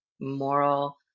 moral